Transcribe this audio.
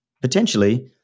potentially